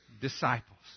disciples